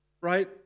Right